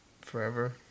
Forever